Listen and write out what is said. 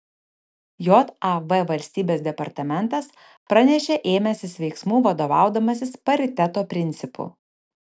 jav valstybės departamentas pranešė ėmęsis veiksmų vadovaudamasis pariteto principu